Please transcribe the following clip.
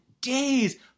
days